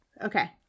Okay